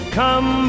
come